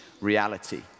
reality